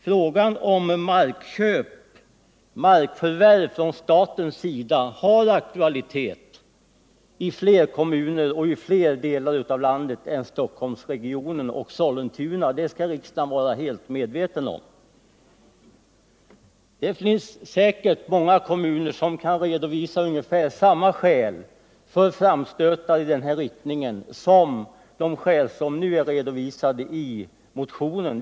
Frågan om markförvärv från statens sida har aktualitet i fler kommuner och i flera delar av landet än Stockholmsregionen och Sollentuna — det skall riksdagen vara helt medveten om. Det finns säkert många kommuner som kan redovisa ungefär samma skäl för framstötar i den här riktningen som nu har redovisats i motionen.